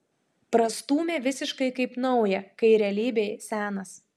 prastūmė visiškai kaip naują kai realybėj senas